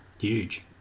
Huge